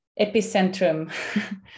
epicentrum